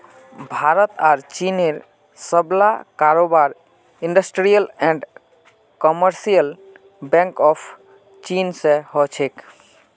भारत आर चीनेर सबला कारोबार industrial and commercial bank of चीन स हो छेक